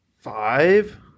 five